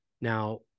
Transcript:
Now